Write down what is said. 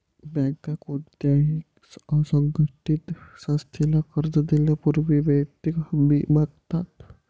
बँका कोणत्याही असंघटित संस्थेला कर्ज देण्यापूर्वी वैयक्तिक हमी मागतात